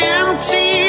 empty